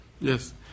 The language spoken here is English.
Yes